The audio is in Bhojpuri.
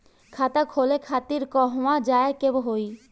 खाता खोले खातिर कहवा जाए के होइ?